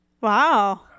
Wow